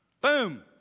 Boom